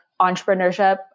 entrepreneurship